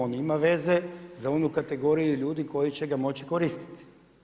On ima veze za onu kategoriju ljudi koji će ga moći koristiti.